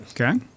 Okay